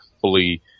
fully